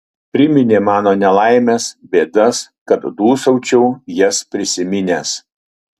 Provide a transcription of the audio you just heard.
priminė mano nelaimes bėdas kad dūsaučiau jas prisiminęs